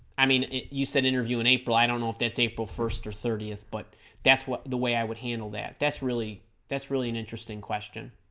i mean you said interview in april i don't know if that's april first or thirtieth but that's what the way i would handle that that's really that's really an interesting question